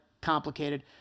complicated